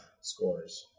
scores